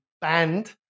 band